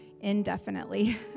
indefinitely